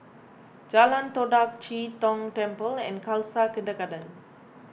Jalan Todak Chee Tong Temple and Khalsa Kindergarten